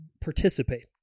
participate